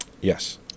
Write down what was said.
Yes